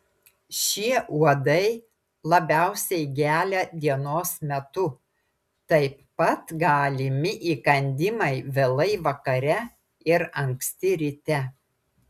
šie uodai labiausiai gelia dienos metu taip pat galimi įkandimai vėlai vakare ir anksti ryte